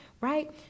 right